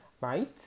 Right